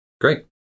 great